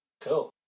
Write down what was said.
Cool